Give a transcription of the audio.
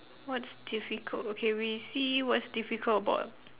what's difficult okay we see what's difficult about